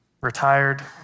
retired